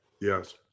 Yes